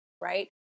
right